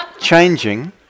changing